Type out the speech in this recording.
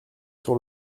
sur